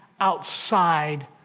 outside